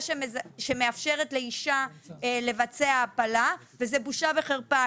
שמאפשרת לאישה לבצע הפלה היא בושה וחרפה,